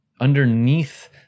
underneath